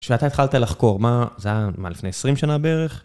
כשאתה התחלת לחקור, מה, זה היה לפני עשרים שנה בערך?